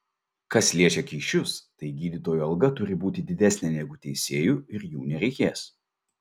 kas liečia kyšius tai gydytojo alga turi būti didesnė negu teisėjų ir jų nereikės